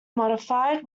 modified